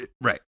Right